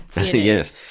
Yes